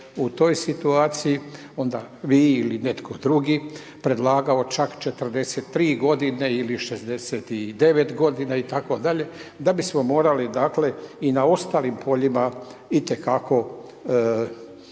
u toj situaciju onda vi ili netko drugi, predlagao čak 43 g. ili 69 g. itd. da bismo morali, dakle i na ostalim poljima itekako